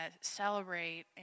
celebrate